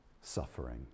suffering